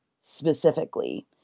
specifically